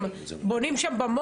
אבל לא מדובר על בידורית.